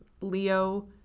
Leo